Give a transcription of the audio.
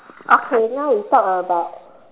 okay now we talk about